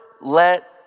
let